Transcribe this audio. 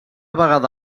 vegada